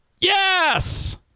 Yes